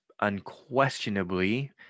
unquestionably